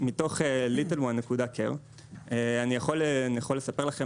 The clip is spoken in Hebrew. מתוך LittleOne.Care אני יכול לספר לכם,